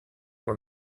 were